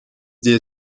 diye